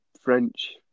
French